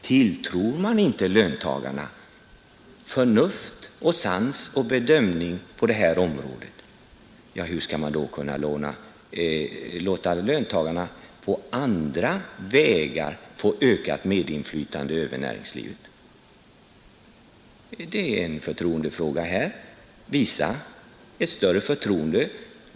Tilltror man inte löntagarna förnuft, sans och bedömning på det här området, ja, hur skall man då kunna låta löntagarna på andra vägar få ökat medinflytande över näringslivet? Det är en förtroendefråga. Visa ett större förtroende!